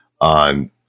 on